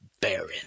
Baron